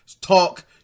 Talk